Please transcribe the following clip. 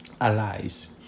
allies